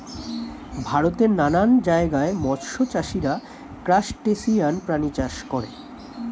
ভারতের নানান জায়গায় মৎস্য চাষীরা ক্রাসটেসিয়ান প্রাণী চাষ করে